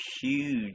huge